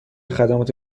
خدمات